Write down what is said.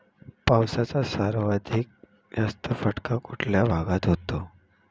पावसाचा सर्वाधिक जास्त फटका कुठल्या भागात होतो?